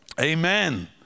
Amen